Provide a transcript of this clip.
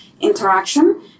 interaction